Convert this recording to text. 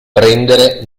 prendere